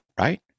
right